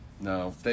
No